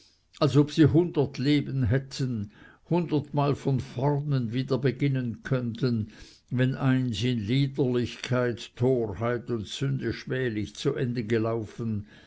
als ob sie hundert leben hätten hundertmal von vornen wieder beginnen könnten wenn eins in liederlichkeit torheit und sünde schmählich zu ende gelaufen